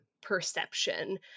perception